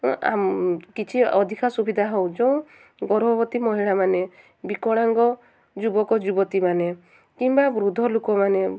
କିଛି ଅଧିକା ସୁବିଧା ହେଉ ଯେଉଁ ଗର୍ଭବତୀ ମହିଳାମାନେ ବିକଳାଙ୍ଗ ଯୁବକ ଯୁବତୀମାନେ କିମ୍ବା ବୃଦ୍ଧ ଲୋକମାନେ